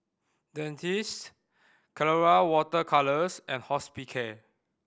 Dentiste Colora Water Colours and Hospicare